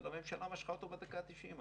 אבל הממשלה משכה אותו בדקה ה-90.